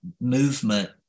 movement